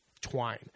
twine